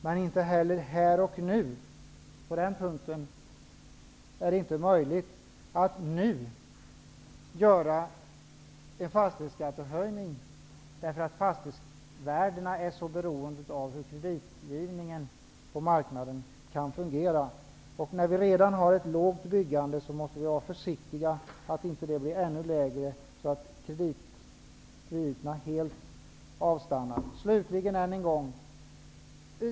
Men inte heller på den punkten är det möjligt att nu göra en fastighetsskattehöjning, därför att fastighetsvärdena är så beroende av att kreditgivningen på marknaden kan fungera. Eftersom vi redan nu har ett lågt byggande måste vi vara försiktiga så att det inte blir ännu lägre och krediterna helt avstannar.